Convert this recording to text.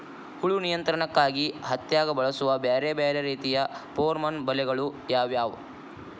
ಹುಳು ನಿಯಂತ್ರಣಕ್ಕಾಗಿ ಹತ್ತ್ಯಾಗ್ ಬಳಸುವ ಬ್ಯಾರೆ ಬ್ಯಾರೆ ರೇತಿಯ ಪೋರ್ಮನ್ ಬಲೆಗಳು ಯಾವ್ಯಾವ್?